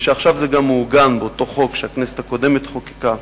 ועכשיו זה גם מעוגן באותו חוק שהכנסת הקודמת חוקקה,